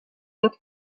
that